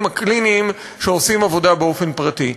הקליניים שעושים עבודה באופן פרטי.